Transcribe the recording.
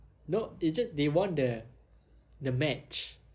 no it's ju~ they won the the match